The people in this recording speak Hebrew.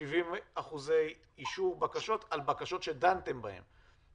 70% אישור בקשות על בקשות שדנתם בהן.